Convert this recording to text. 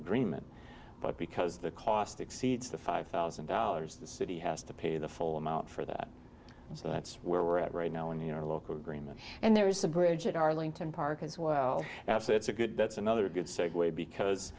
agreement but because the cost exceeds the five thousand dollars the city has to pay the full amount for that so that's where we're at right now in your local agreement and there is a bridge at arlington park as well and if that's a good that's another good segue because